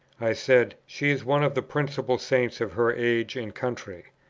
i said, she is one of the principal saints of her age and country.